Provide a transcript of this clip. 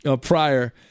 prior